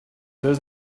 does